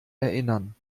erinnern